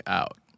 out